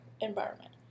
environment